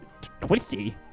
Twisty